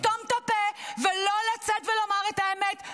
לסתום את הפה ולא לצאת ולומר את האמת,